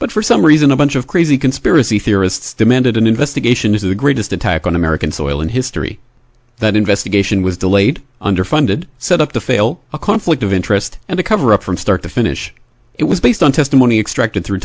but for some reason a bunch of crazy conspiracy theorists demanded an investigation into the greatest attack on american soil in history that investigation was delayed underfunded set up to fail a conflict of interest and a cover up from start to finish it was based on testimony extracted through